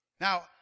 Now